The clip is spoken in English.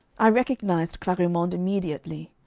i recognised clarimonde immediately.